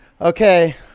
Okay